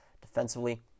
defensively